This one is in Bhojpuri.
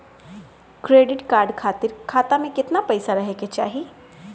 क्रेडिट कार्ड खातिर खाता में केतना पइसा रहे के चाही?